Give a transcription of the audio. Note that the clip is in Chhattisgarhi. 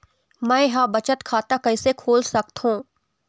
मै ह बचत खाता कइसे खोल सकथों?